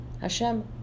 Hashem